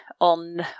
on